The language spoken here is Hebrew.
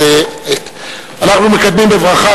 אנחנו מקבלים בברכה,